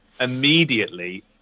immediately